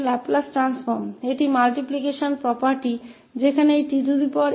यह 𝐹 𝑓𝑡 का लाप्लास रूपांतर है